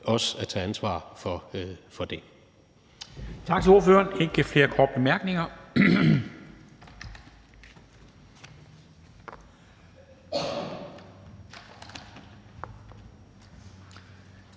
os at tage ansvar for det.